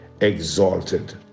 exalted